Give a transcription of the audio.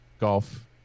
golf